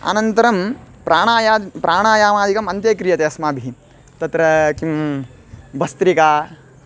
अनन्तरं प्राणाया प्राणायामादिकम् अन्ते क्रियते अस्माभिः तत्र किं भस्त्रिका